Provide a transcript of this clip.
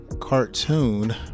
cartoon